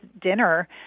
dinner